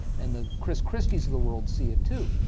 and the chris christies of the world see it too.